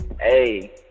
Hey